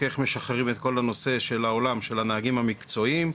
איך משחררים את כל הנושא של העולם של הנהגים המקצועיים,